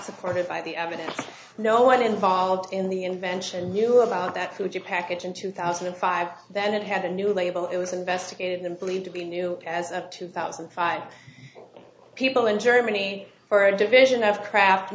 supported by the evidence no one involved in the invention knew about that which you package in two thousand and five then it had a new label it was investigated and believed to be new as of two thousand and five people in germany for a division of craft